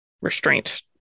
restraint